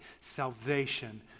salvation